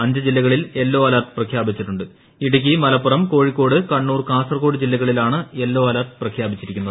അഞ്ച് ജില്ലകളിൽ yellow alert പ്രഖ്യാപിച്ചിട്ടുണ്ട്ട് ഇടുക്കി മലപ്പുറം കോഴിക്കോട് കണ്ണൂർ കാസർഗോഡ് ജില്ലകളിലാണ് യെല്ലോ അലെർട്ട് പ്രഖ്യാപിച്ചിരിക്കുന്നത്